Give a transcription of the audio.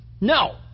No